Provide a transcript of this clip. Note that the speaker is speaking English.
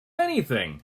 anything